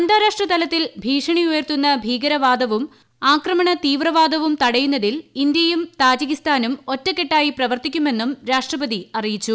അന്താരാഷ്ട്ര തലത്തിൽ ഭീഷണി ഉയർത്തുന്ന ഭീകരവാദവും ആക്രമണതീവ്രവാദവും തടയുന്നതിൽ ഇന്ത്യയും താജികിസ്ഥാനും ഒറ്റക്കെട്ടായി പ്രവർത്തിക്കുമെന്നും രാഷ്ട്രപതി അറിയിച്ചു